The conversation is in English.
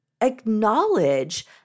acknowledge